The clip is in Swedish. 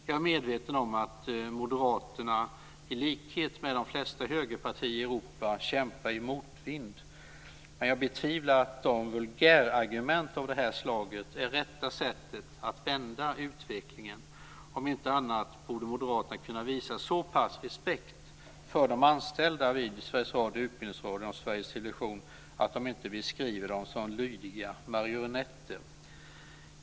Jag är medveten om att moderaterna i likhet med de flesta högerpartier i Europa kämpar i motvind. Men jag betvivlar att vulgärargument av det här slaget är rätta sättet att vända utvecklingen. Om inte annat borde moderaterna kunna visa så pass mycket respekt för de anställda vid Sveriges Radio, Utbildningsradion och Sveriges Television att de inte beskriver dem som lydiga marionetter.